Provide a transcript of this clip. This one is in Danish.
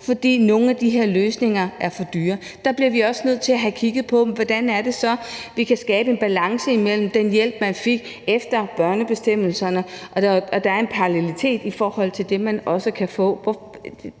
fordi nogle af de her løsninger er for dyre. Der bliver vi også nødt til at have kigget på, hvordan det så er, vi kan skabe en balance, en parallelitet mellem den hjælp, man fik efter børnebestemmelserne, og den hjælp, man kan få som voksen.